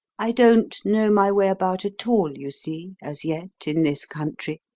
i don't know my way about at all, you see, as yet, in this country.